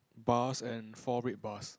bars and four red bars